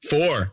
Four